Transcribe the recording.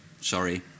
sorry